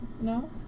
No